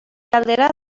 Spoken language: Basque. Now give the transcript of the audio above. aldera